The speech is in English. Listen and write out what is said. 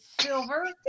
Silver